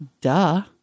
duh